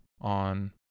on